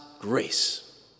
grace